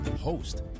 Host